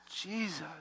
Jesus